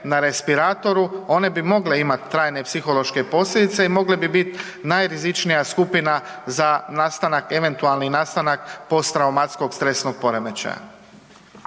na respiratoru one bi mogle imati trajne psihološke posljedice i mogle bi biti najrizičnija skupina za nastanak, eventualni nastanak posttraumatskog stresnog poremećaja.